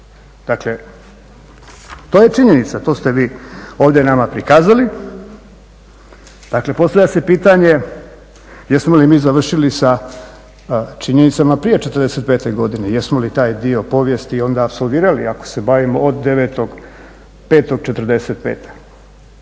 Dakle to je činjenica, to ste vi ovdje nama prikazali. Dakle postavlja se pitanje jesmo li mi završili sa činjenicama prije '45. godine, jesmo li taj dio povijesti onda apsolvirali ako se bavimo od 9.5.'45.